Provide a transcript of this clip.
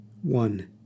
One